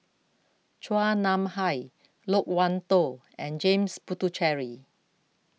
Chua Nam Hai Loke Wan Tho and James Puthucheary